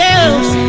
else